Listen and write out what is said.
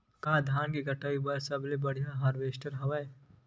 का धान के कटाई बर सबले बढ़िया हारवेस्टर हवय?